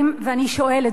ואני שואלת,